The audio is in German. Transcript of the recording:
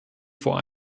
vor